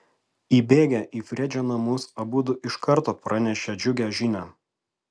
įbėgę į fredžio namus abudu iš karto pranešė džiugią žinią